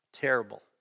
Terrible